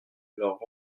leurs